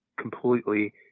completely